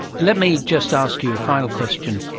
let me just ask you a final question,